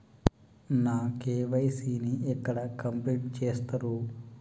నా కే.వై.సీ ని ఎక్కడ కంప్లీట్ చేస్తరు?